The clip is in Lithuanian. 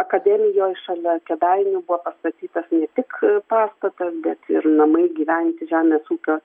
akademijoj šalia kėdainių buvo pastatytas ne tik pastatas bet ir namai gyventi žemės ūkio